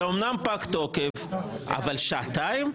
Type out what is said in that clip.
זה אמנם פג תוקף אבל שעתיים?